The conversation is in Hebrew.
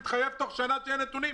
והוא התחייב שתוך שנה יהיו נתונים.